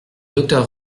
docteur